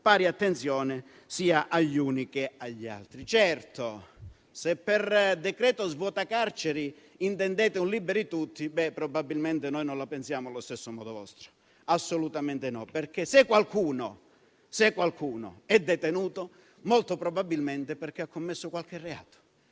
pari attenzione sia agli uni che agli altri. Certo, se per decreto svuota carceri intendete un liberi tutti, probabilmente noi non la pensiamo allo stesso modo. Se qualcuno è detenuto, molto probabilmente è perché ha commesso qualche reato.